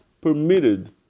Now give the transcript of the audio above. permitted